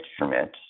instruments